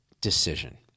decision